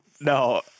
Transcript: No